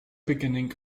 beginning